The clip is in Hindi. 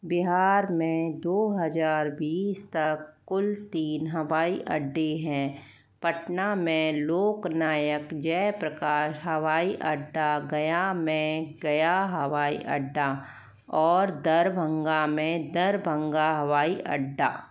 बिहार में दो हज़ार बीस तक कुल तीन हवाई अड्डे हैं पटना में लोक नायक जयप्रकाश हवाई अड्डा गया में गया हवाई अड्डा और दरभंगा में दरभंगा हवाई अड्डा